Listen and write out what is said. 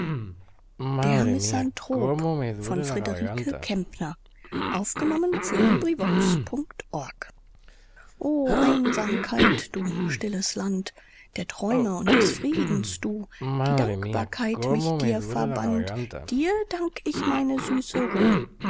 der misanthrop o einsamkeit du stilles land der träume und des friedens du die dankbarkeit mich dir verband dir dank ich meine süße ruh